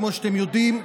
כמו שאתם יודעים,